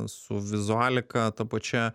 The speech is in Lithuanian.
su vizualika ta pačia